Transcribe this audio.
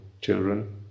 children